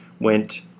went